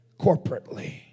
corporately